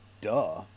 Duh